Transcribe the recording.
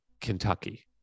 Kentucky